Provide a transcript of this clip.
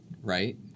Right